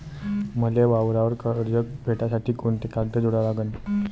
मले वावरावर कर्ज भेटासाठी कोंते कागद जोडा लागन?